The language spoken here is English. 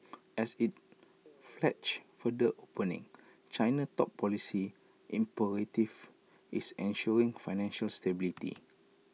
as IT pledges further opening China's top policy imperative is ensuring financial stability